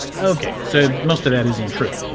okay, so most of that isn't true.